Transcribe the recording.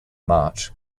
march